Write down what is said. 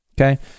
okay